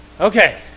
okay